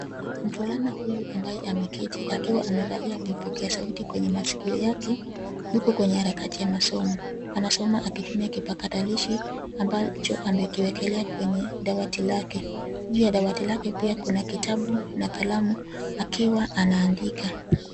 Mvulana huyu ambaye ameketi akiwa amevalia vipokea sauti kwenye masikio yake, yuko kwenye harakati ya masomo. Anasoma akitumia kipakatalishi ambacho amekiwekelea kwenye dawati lake. Juu ya dawati lake pia kuna kitabu na kalamu akiwa anaandika.